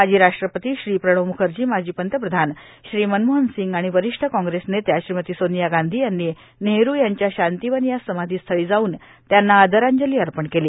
माजी राष्ट्रपती प्रणब म्खर्जी माजी पंतप्रधान मनमोहन सिंग आणि वरिष्ठ काँग्रेस नेत्या सोनिया गांधी यांनी नेहरू यांच्या शांतीवन या समाधीस्थळी जाऊन त्यांना आदरांजली अर्पण केली